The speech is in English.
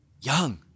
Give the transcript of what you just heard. young